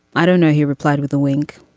i don't know, he replied with a wink.